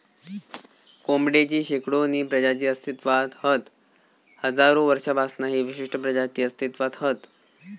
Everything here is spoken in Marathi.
कोंबडेची शेकडोनी प्रजाती अस्तित्त्वात हत हजारो वर्षांपासना ही विशिष्ट प्रजाती अस्तित्त्वात हत